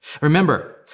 Remember